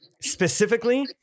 specifically